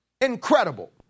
incredible